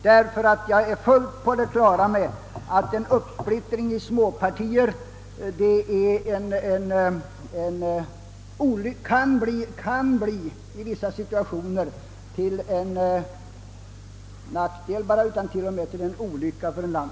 Jag är nämligen fullt på det klara med att en uppsplittring i små partier kan i vissa situationer bli inte bara en nackdel utan till och med en olycka för ett land.